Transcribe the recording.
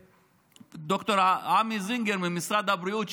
ד"ר עמי זינגר ממשרד הבריאות,